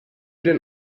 den